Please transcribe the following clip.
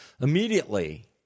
immediately